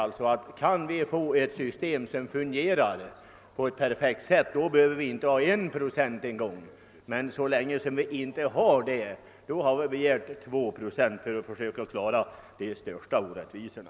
Men, herr Persson, om vi kan få ett system som fungerar perfekt behöver vi inte ens en procent. Så länge vi inte har ett sådant system vill vi emellertid ha två procent för att försöka klara de största orättvisorna.